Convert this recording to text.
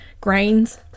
grains